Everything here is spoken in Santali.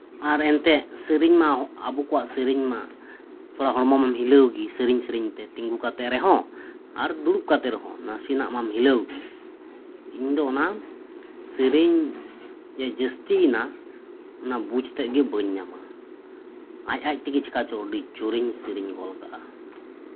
ᱟᱨ ᱮᱱᱛᱮ ᱥᱮᱨᱮᱧ ᱢᱟ ᱟᱵᱚ ᱠᱚᱣᱟᱜ ᱥᱮᱨᱮᱧ ᱢᱟ ᱛᱷᱚᱲᱟ ᱦᱚᱲᱢᱚ ᱢᱟᱢ ᱦᱤᱞᱟᱹᱣ ᱜᱮ ᱥᱮᱨᱮᱧ ᱥᱮᱨᱮᱧ ᱛᱮ ᱛᱤᱸᱜᱩ ᱠᱟᱛᱮ ᱨᱮᱦᱚᱸ ᱟᱨ ᱫᱩᱲᱩᱵ ᱠᱟᱛᱮ ᱨᱮᱦᱚᱸ ᱱᱟᱥᱮᱱᱟᱜ ᱢᱟᱢ ᱦᱤᱞᱟᱹᱣ ᱜᱮ ᱤᱧ ᱫᱚ ᱚᱱᱟ ᱥᱮᱨᱮᱧ ᱜᱮ ᱡᱟᱹᱥᱛᱤᱭᱮᱱᱟ ᱚᱱᱟ ᱵᱩᱡᱽ ᱛᱮᱫ ᱜᱮ ᱵᱟᱹᱧ ᱧᱟᱢᱟ ᱟᱡ ᱟᱡ ᱛᱮᱜᱮ ᱪᱤᱠᱟᱹ ᱪᱚ ᱟᱹᱰᱤ ᱡᱳᱨᱤᱧ ᱥᱮᱨᱮᱧ ᱜᱚᱫ ᱠᱟᱜᱼᱟ